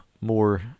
more